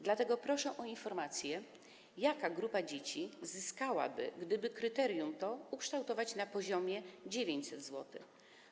Dlatego proszę o informację, jaka grupa dzieci zyskałaby, gdyby kryterium to ukształtować na poziomie 900 zł.